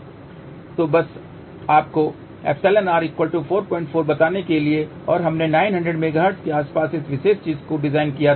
तो बस आपको €r 44 बताने के लिए और हमने 900 मेगाहर्ट्ज के आसपास इस विशेष चीज़ को डिज़ाइन किया था